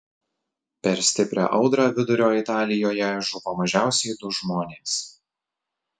per stiprią audrą vidurio italijoje žuvo mažiausiai du žmonės